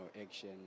action